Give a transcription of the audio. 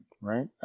right